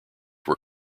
were